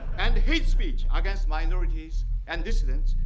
and hate speech against minorities and dissidents,